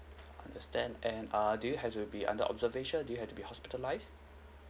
understand and err do you have to be under observation do you had to be hospitalised